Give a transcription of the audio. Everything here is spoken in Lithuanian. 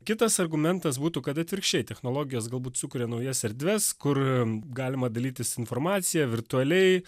kitas argumentas būtų kad atvirkščiai technologijos galbūt sukuria naujas erdves kur galima dalytis informacija virtualiai